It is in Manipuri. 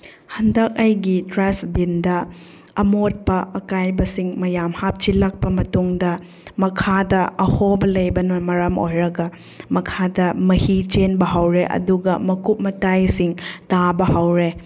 ꯍꯟꯗꯛ ꯑꯩꯒꯤ ꯇ꯭ꯔꯥꯁ ꯕꯤꯟꯗ ꯑꯃꯣꯠꯄ ꯑꯀꯥꯏꯕꯁꯤꯡ ꯃꯌꯥꯝ ꯍꯥꯞꯆꯤꯜꯂꯛꯄ ꯃꯇꯨꯡꯗ ꯃꯈꯥꯗ ꯑꯍꯣꯕ ꯂꯩꯕꯅ ꯃꯔꯝ ꯑꯣꯏꯔꯒ ꯃꯈꯥꯗ ꯃꯍꯤ ꯆꯦꯟꯕ ꯍꯧꯔꯦ ꯑꯗꯨꯒ ꯃꯀꯨꯞ ꯃꯇꯥꯏꯁꯤꯡ ꯇꯥꯕ ꯍꯧꯔꯦ